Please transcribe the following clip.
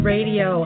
Radio